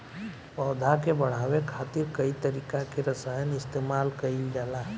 पौधा के बढ़ावे खातिर कई तरीका के रसायन इस्तमाल कइल जाता